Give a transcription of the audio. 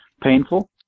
painful